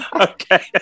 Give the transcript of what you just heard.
okay